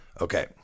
Okay